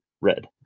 red